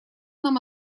нам